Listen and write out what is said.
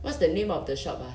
what's the name of the shop ah